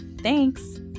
Thanks